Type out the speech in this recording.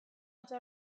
oso